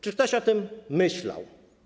Czy ktoś o tym myślał?